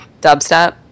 dubstep